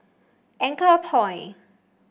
Anchorpoint